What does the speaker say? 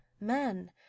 Men